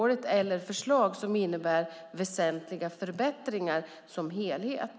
Jag har inte heller fått några förslag som innebär väsentliga förbättringar som helhet.